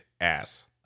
ass